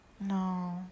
No